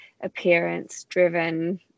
appearance-driven